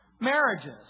marriages